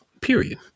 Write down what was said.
period